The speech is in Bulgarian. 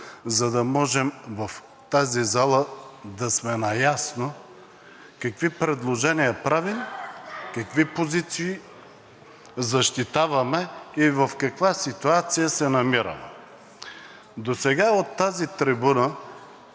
за да можем в тази зала да сме наясно какви предложения правим, какви позиции защитаваме и в каква ситуация се намираме. Досега от тази трибуна